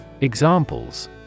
Examples